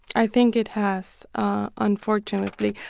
i think it has, unfortunately.